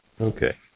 Okay